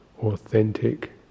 authentic